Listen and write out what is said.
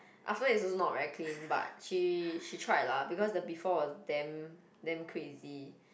after it's also not very clean but she she tried lah because the before was damn damn crazy